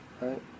Right